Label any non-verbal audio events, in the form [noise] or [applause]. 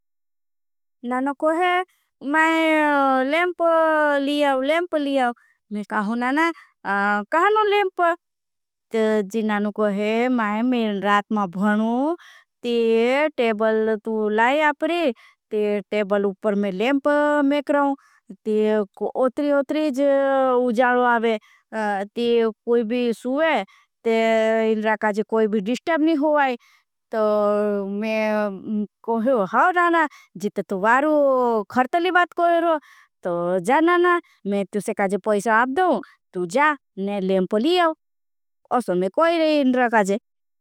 नाना कोहे [hesitation] मैं [hesitation] लेंप लियाओ लेंप लियाओ। मैं कहो नाना कहा ना लेंप जी नाना कोहे मैं मैं रात मां भनू। [hesitation] ते टेबल तू लाई आपरी ते टेबल उपर मैं लेंप में करूं ते। [hesitation] उतरी उतरी जे उजालो आबे ते कोई भी सुए ते इन्रा काजे कोई भी डिस्टेब। नहीं हो आई [hesitation] तो [hesitation] मैं कोहो हाँ नाना। जितने तो बारू खरतली बात करो तो जा नाना मैं तुसे काजे पैसा। आपदों तु जा ने लेंप लियाओ। असन में कोई रे इन्रा काजे।